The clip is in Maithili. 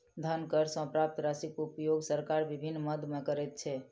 धन कर सॅ प्राप्त राशिक उपयोग सरकार विभिन्न मद मे करैत छै